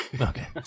Okay